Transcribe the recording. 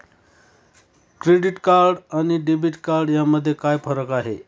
Credit card आणि debit card यामध्ये काय फरक आहे?